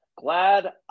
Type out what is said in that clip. Glad